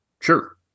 Sure